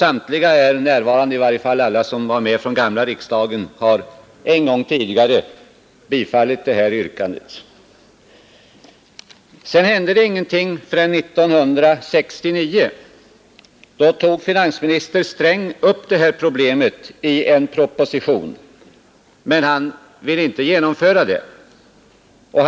Samtliga här närvarande — i varje fall alla som är med från gamla riksdagen — har alltså en gång tidigare bifallit det här yrkandet. Sedan hände det ingenting förrän 1969. Då tog finansminister Sträng upp problemet i en proposition, men han ville inte genomföra någon ändring.